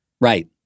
Right